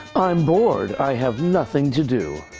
i'm bored. i have nothing to do.